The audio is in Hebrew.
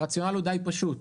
הרציונל הוא די פשוט,